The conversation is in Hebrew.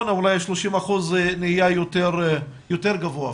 הקורונה אולי ה- 30% נהיה יותר גבוה אפילו.